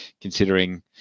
considering